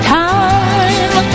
time